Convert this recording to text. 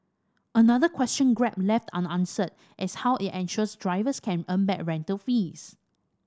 another question Grab left unanswered is how it ensures drivers can earn back rental fees